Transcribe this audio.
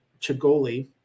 Chagoli